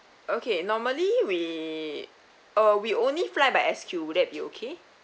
okay normally we uh we only fly by S_Q would that be okay